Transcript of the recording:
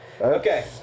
Okay